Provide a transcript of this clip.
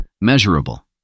Measurable